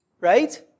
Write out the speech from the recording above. Right